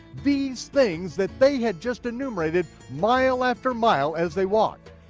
these things that they had just enumerated, mile after mile as they walked.